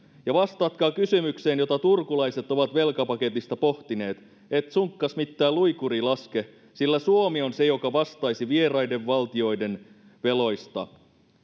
ja vastatkaa kysymykseen jota turkulaiset ovat velkapaketista pohtineet et sunkkas mittää luikurii laske sillä suomi on se joka vastaisi vieraiden valtioiden veloista